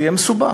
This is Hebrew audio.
זה יהיה מסובך.